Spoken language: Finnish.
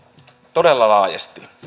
todella laajasti